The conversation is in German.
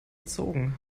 erzogen